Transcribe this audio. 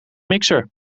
mixer